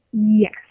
Yes